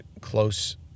close